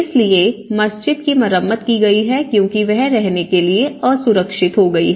इसलिए मस्जिद की मरम्मत की गई है क्योंकि वह रहने के लिए असुरक्षित है